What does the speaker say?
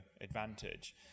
advantage